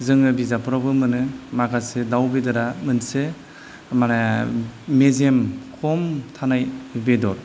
जोङो बिजाबफोरावबो मोनो माखासे दाउ बेदरा मोनसे माने मेजेम खम थानाय बेदर